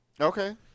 Okay